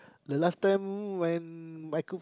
the last time when I cook